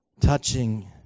touching